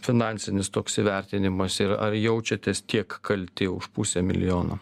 finansinis toks įvertinimas ir ar jaučiatės tiek kalti už pusę milijono